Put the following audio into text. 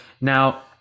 Now